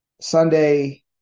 Sunday